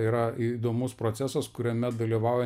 yra įdomus procesas kuriame dalyvauja